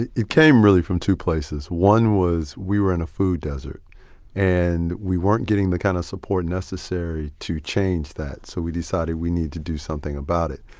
it it came really from two places. one was we were in a food desert and we weren't getting the kind of support necessary to change that. so we decided we needed to do something about it.